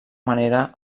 manera